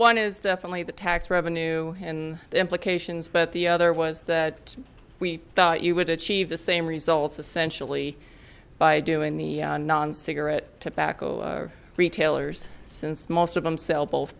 one is definitely the tax revenue and the implications but the other was that we thought you would achieve the same results essentially by doing the non cigarette tobacco retailers since most of them sell both